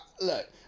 look